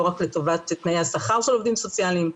לא רק לטובת תנאי השכר של עובדים סוציאליים,